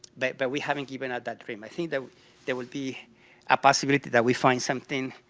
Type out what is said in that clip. but but we haven't given up that dream. i think that there will be a possibility that we find something,